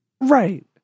Right